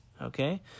Okay